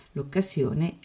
L'occasione